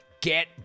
Get